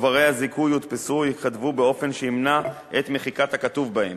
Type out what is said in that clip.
שוברי הזיכוי יודפסו או ייכתבו באופן שימנע את מחיקת הכתוב בהם,